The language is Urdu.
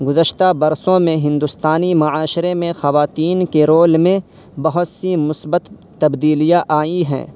گذشتہ برسوں میں ہندوستانی معاشرے میں خواتین کے رول میں بہت سی مثبت تبدیلیاں آئی ہیں